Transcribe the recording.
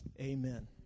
Amen